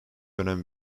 önem